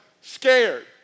scared